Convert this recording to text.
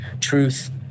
truth